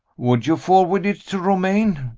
would you forward it to romayne?